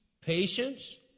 patience